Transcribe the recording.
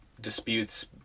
disputes